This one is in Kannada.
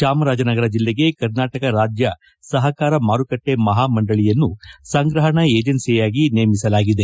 ಜಾಮರಾಜನಗರ ಜಿಲ್ಲೆಗೆ ಕರ್ನಾಟಕ ರಾಜ್ಯ ಸಹಕಾರ ಮಾರುಕಟ್ಟೆ ಮಹಾ ಮಂಡಳಿಯನ್ನು ಸಂಗ್ರಹಣಾ ಏಜೆನ್ಸಿಯಾಗಿ ನೇಮಿಸಲಾಗಿದೆ